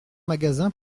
magasin